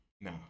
No